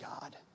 God